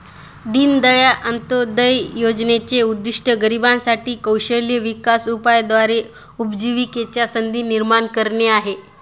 दीनदयाळ अंत्योदय योजनेचे उद्दिष्ट गरिबांसाठी साठी कौशल्य विकास उपायाद्वारे उपजीविकेच्या संधी निर्माण करणे आहे